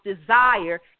desire